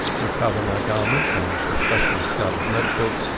recover my garments, and especially scudderas note-book,